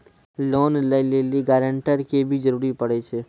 Loan लै लेली guarantor के भी जरूरी पड़ै छै?